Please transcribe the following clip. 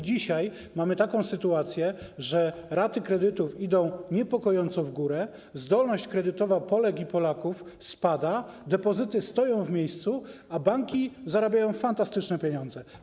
Dzisiaj mamy taką sytuację, że raty kredytów idą niepokojąco w górę, zdolność kredytowa Polek i Polaków spada, depozyty stoją w miejscu, a banki zarabiają fantastyczne pieniądze.